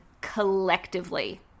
collectively